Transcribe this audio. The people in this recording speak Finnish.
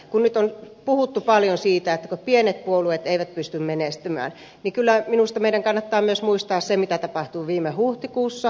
kun nyt on puhuttu paljon siitä että pienet puolueet eivät pysty menestymään niin kyllä minusta meidän kannattaa muistaa myös se mitä tapahtui viime huhtikuussa